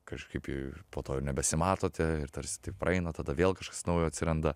kažkaip po to jau nebesimatote ir tarsi tai praeina tada vėl kažkas naujo atsiranda